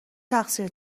تقصیر